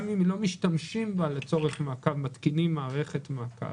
וגם אם לא משתמשים בה לצורך מעקב הרי מתקינים מערכת מעקב.